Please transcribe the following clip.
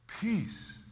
Peace